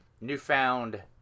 newfound